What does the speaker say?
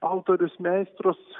autorius meistrus